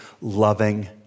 loving